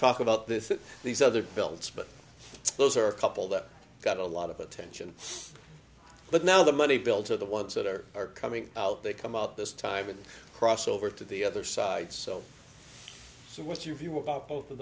talk about this these other bills but those are a couple that got a lot of attention but now the money bill to the ones that are coming out they come out this time and cross over to the other side so what's your view about both of